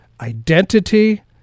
identity